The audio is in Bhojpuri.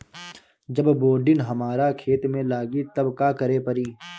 जब बोडिन हमारा खेत मे लागी तब का करे परी?